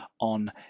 on